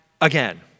again